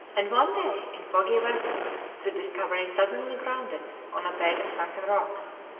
and one day in foggy weather the discovery suddenly grounded on a bed of sunken rocks.